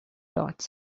dots